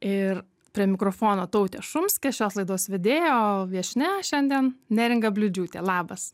ir prie mikrofono tautė šumskė šios laidos vedėja o viešnia šiandien neringa bliūdžiūtė labas